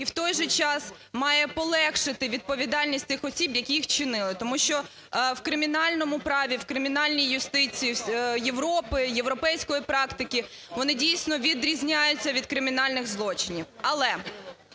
і в той же час має полегшити відповідальність тих осіб, які їх вчинили. Тому що в кримінальному праві, в кримінальній юстиції Європи, європейської практики вони дійсно відрізняються від кримінальних злочинів. Але,